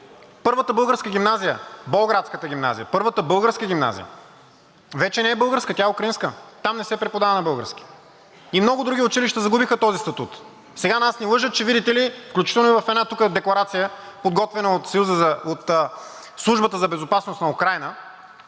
Първата българска гимназия – Болградската гимназия, първата българска гимназия вече не е българска, тя е украинска. Там не се преподава на български език. И много други училища загубиха този статут. Сега нас ни лъжат, че видите ли, включително в една декларация тук, подготвена от Службата